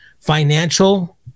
financial